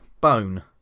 Bone